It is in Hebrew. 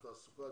התעסוקה,